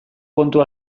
kontu